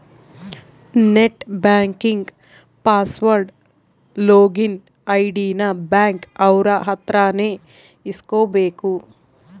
net banking password login ID ನ bank ಅವ್ರ ಅತ್ರ ನೇ ಇಸ್ಕಬೇಕು